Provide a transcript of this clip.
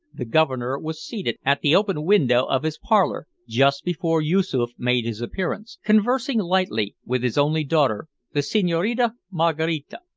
the governor, was seated at the open window of his parlour, just before yoosoof made his appearance, conversing lightly with his only daughter, the senhorina maraquita,